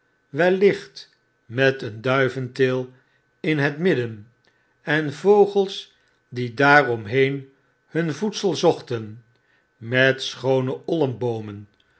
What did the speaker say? wellicht met een duiventil in het midden en vogels die daar omheen hun voedsel zochten met schoone